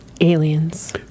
Aliens